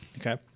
Okay